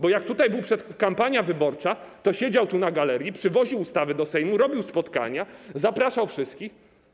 Bo jak była kampania wyborcza, to siedział tu na galerii, przywoził ustawy do Sejmu, robił spotkania, zapraszał wszystkich.